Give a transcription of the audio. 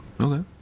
okay